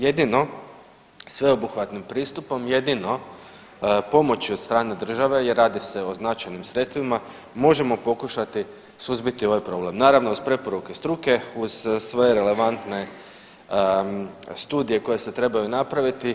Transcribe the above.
Jedino sveobuhvatnim pristupom, jedino pomoći od strane države jer radi se o značajnim sredstvima možemo pokušati suzbiti ovaj problem naravno uz preporuke struke, uz sve relevantne studije koje se trebaju napraviti.